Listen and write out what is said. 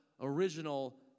original